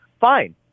Fine